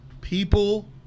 People